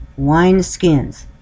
wineskins